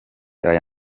aya